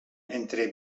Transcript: entre